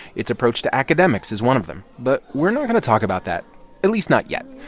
its approach to academics is one of them. but we're not going to talk about that at least, not yet.